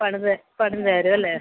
പണിത് പണിത് തരും അല്ലേ